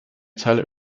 tell